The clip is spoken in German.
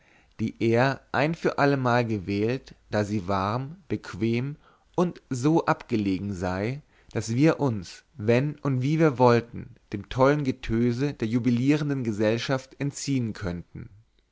die er ein für allemal gewählt da sie warm bequem und so abgelegen sei daß wir uns wenn und wie wir wollten dem tollen getöse der jubilierenden gesellschaft entziehen könnten